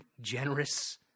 generous